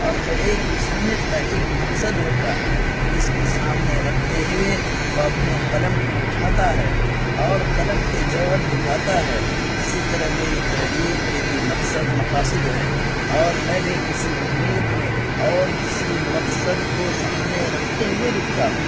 اور ہر ایک مصنف کا ایک مقصد ہوتا ہے جس کو سامنے رکھتے ہوئے وہ اپنے قلم کو اٹھاتا ہے اور قلم کے جوہر دکھاتا ہے اسی طرح میری تحریر کے بھی مقصد مقاصد ہیں اور میں بھی کسی امید میں اور کسی مقصد کو سامنے رکھتے ہوئے لکھتا ہوں